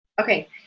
Okay